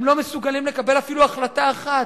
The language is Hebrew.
הם לא מסוגלים לקבל אפילו החלטה אחת.